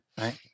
right